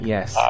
Yes